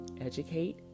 educate